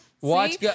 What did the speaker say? Watch